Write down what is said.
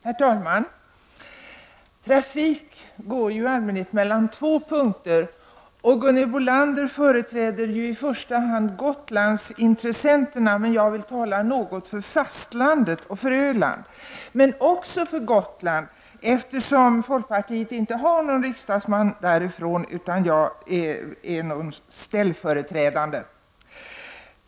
Herr talman! Trafik går i allmänhet mellan två punkter. Gunhild Bolander företräder i första hand Gotlandsintressenterna. Jag vill tala för fastlandet och för Öland — men också för Gotland, eftersom folkpartiet tyvärr inte har någon riksdagsman därifrån utan jag fungerar som ett slags ställföreträdare.